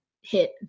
hit